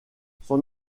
son